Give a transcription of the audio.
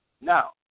now